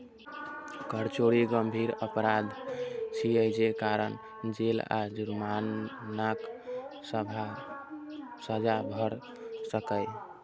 कर चोरी गंभीर अपराध छियै, जे कारण जेल आ जुर्मानाक सजा भए सकैए